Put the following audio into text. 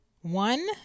one